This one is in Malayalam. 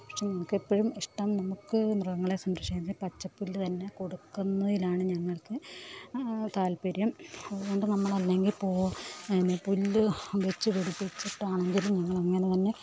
പക്ഷെ ഞങ്ങൾക്ക് എപ്പോഴും ഇഷ്ടം നമ്മൾക്ക് മൃഗങ്ങളെ സംരക്ഷിക്കാനായി പച്ചപ്പുല്ല് തന്നെ കൊടുക്കുന്നതിലാണ് ഞങ്ങള്ക്ക് താല്പ്പര്യം അതുകൊണ്ട് നമ്മൾ അല്ലെങ്കില് എന്ന പുല്ല് വച്ചു പിടിപ്പിച്ചിട്ട് ആണെങ്കിലും ഞങ്ങൾ അങ്ങനെതന്നെ